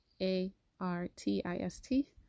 A-R-T-I-S-T